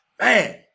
man